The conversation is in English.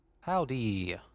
Howdy